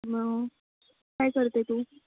मग काय करते तू